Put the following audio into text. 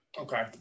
Okay